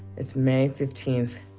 it's may fifteenth,